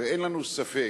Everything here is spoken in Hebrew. הרי אין לנו ספק